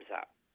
up